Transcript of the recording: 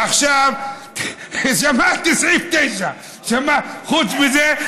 ועכשיו, שמעתי סעיף 9, חוץ מזה: